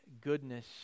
goodness